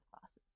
classes